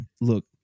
look